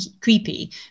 creepy